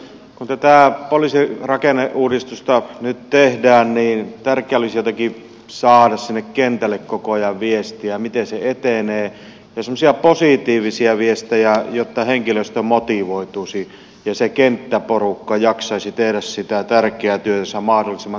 kun tätä poliisin rakenneuudistusta nyt tehdään niin tärkeää olisi jotenkin saada sinne kentälle koko ajan viestiä miten se etenee ja semmoisia positiivisia viestejä jotta henkilöstö motivoituisi ja se kenttäporukka jaksaisi tehdä sitä tärkeää työtänsä mahdollisimman tehokkaasti ja motivoituneesti